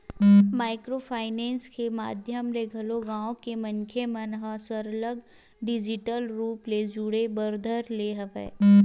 micro finance के माधियम ले घलो गाँव के मनखे मन ह सरलग डिजिटल रुप ले जुड़े बर धर ले हवय